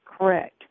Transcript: correct